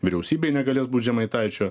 vyriausybėj negalės būt žemaitaičio